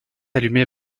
allumée